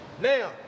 Now